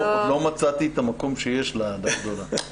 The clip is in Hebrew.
עוד לא מצאתי את המקום שיש לה אהדה גדולה.